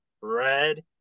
red